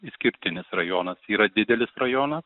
išskirtinis rajonas yra didelis rajonas